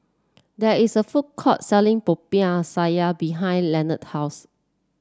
there is a food court selling Popiah Sayur behind Lenard's house